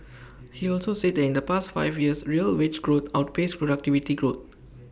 he also said that in the past five years real wage growth outpaced productivity growth